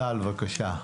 צה"ל, בבקשה.